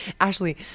Ashley